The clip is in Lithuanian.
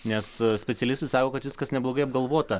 nes specialistai sako kad viskas neblogai apgalvota